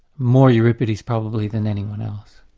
more euripides probably than anyone else.